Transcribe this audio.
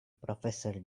professor